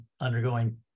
undergoing